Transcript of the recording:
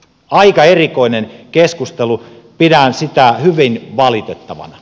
aika erikoinen keskustelu pidän sitä hyvin valitettavana